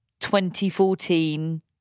2014